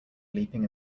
leaping